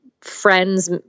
friends